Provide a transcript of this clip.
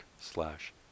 slash